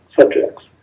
subjects